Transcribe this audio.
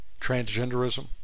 transgenderism